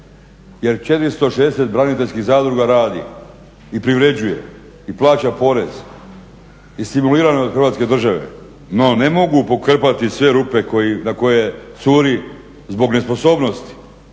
jer 460 braniteljskih zadruga radi i privređuje i plaća porez i stimulirano je od Hrvatske države no ne mogu pokrpati sve rupe na koje curi zbog nesposobnosti.